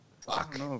Fuck